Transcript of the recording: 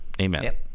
Amen